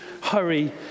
hurry